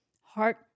heart